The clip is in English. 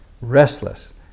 restless